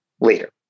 later